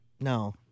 No